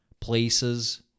places